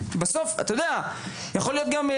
בסדר להגביל את ההגעה לשם,